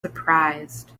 surprised